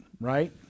right